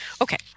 Okay